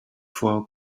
for